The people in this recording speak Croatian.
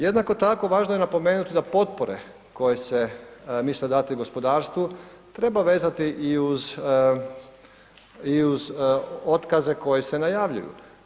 Jednako tako važno je napomenuti da potpore koje se misle dati gospodarstvu treba vezati i uz, i uz otkaze koji se najavljuju.